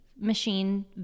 machine